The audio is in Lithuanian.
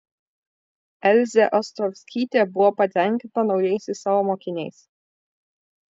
elzė ostrovskytė buvo patenkinta naujaisiais savo mokiniais